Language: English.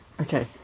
Okay